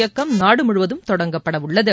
இயக்கம் நாடு முழுவதும் தொடங்கப்படவுள்ளது